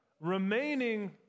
remaining